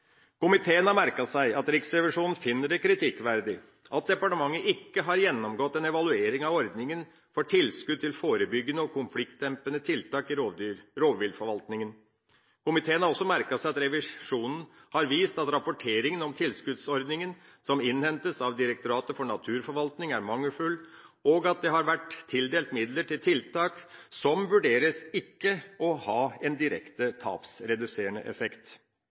Komiteen har merket seg at Riksrevisjonen finner det kritikkverdig at departementet ikke har gjennomgått en evaluering av ordninga for tilskudd til forebyggende og konfliktdempende tiltak i rovviltforvaltninga. Komiteen har også merket seg at revisjonen har vist at rapporteringa om tilskuddsordninga, som innhentes av Direktoratet for naturforvaltning, er mangelfull, og at det har vært tildelt midler til tiltak som vurderes ikke å ha en direkte tapsreduserende effekt.